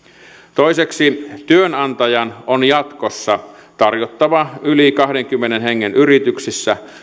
toiseksi työnantajan on jatkossa tarjottava yli kahdenkymmenen hengen yrityksissä